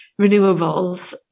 renewables